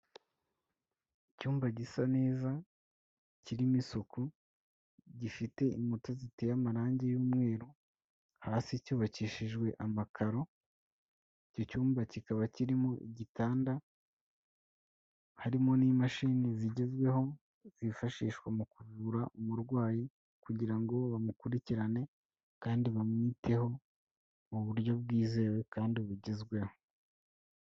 Icyumba gisa neza kirimo isuku, gifite inkuta ziteye amarangi y'umweru hasi cyubakishijwe amakaro, icyo cyumba kikaba kirimo igitanda, harimo n'imashini zigezweho zifashishwa mu kuvura umurwayi kugira ngo bamukurikirane kandi bamwiteho mu buryo bwizewe kandi bugezweho.